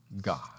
God